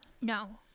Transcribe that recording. No